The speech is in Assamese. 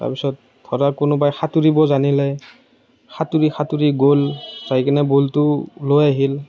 তাৰপিছত ধৰক কোনোবাই সাঁতুৰিব জানিলে সাঁতুৰি সাঁতুৰি গ'ল যাইকেনে বলটো লৈ আহিল